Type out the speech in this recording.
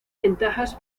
ventajas